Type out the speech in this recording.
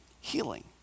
healing